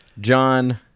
John